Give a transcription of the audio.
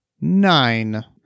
Nine